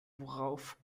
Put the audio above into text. worauf